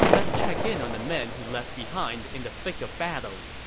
let's check in on the men he left behind in the thick of battle.